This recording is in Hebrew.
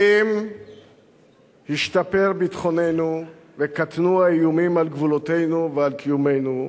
האם השתפר ביטחוננו וקטנו האיומים על גבולותינו ועל קיומנו?